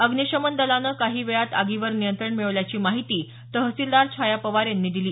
अग्निशमन दलाने काही वेळात आगीवर नियंत्रण मिळवल्याची माहिती तहसीलदार छाया पवार यांनी दिली